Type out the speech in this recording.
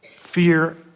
Fear